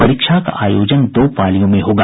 परीक्षा का आयोजन दो पालियों में होगा